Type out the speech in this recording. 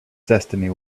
destiny